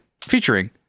featuring